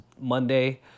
Monday